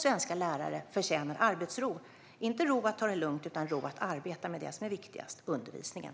Svenska lärare förtjänar arbetsro, inte ro att ta det lugnt utan ro att arbeta med det som är viktigast, nämligen undervisningen.